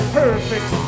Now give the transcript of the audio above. perfect